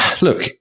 look